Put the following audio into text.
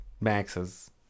Maxes